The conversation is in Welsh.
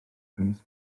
plîs